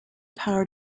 power